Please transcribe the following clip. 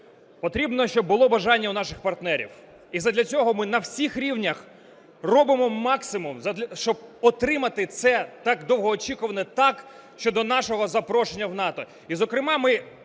Потрібно, щоб було бажання у наших партнерів. І задля цього ми на всіх рівнях робимо максимум, щоб отримати це так довгоочікуване "так" щодо нашого запрошення в НАТО.